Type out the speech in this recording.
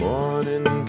Morning